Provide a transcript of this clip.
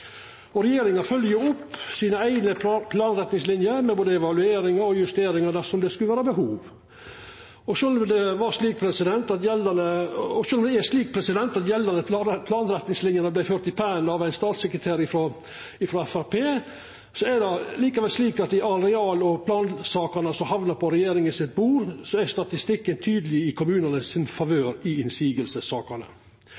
Regjeringa følgjer opp sine eigne planretningsliner med både evaluering og justeringar dersom det skulle vera behov. Sjølv om gjeldande planretningsliner vart førte i pennen av ein statssekretær frå Framstegspartiet, er det likevel slik at i areal- og plansakene som hamnar på regjeringa sitt bord, er statistikken tydeleg i kommunanes favør i motsegnsakene. Det er grunn til å merka seg at kommunane